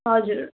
हजुर